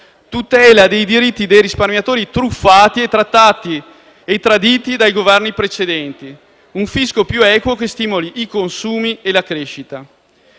tutela dei diritti dei risparmiatori truffati e traditi dai Governi precedenti; un fisco più equo che stimoli i consumi e la crescita.